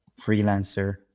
freelancer